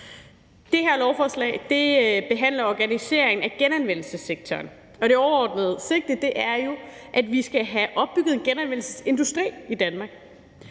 Det her lovforslag behandler en organisering af genanvendelsessektoren, og det overordnede sigte er jo, at vi skal have opbygget en genanvendelsesindustri i Danmark